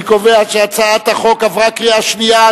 אני קובע שהצעת החוק עברה בקריאה שנייה.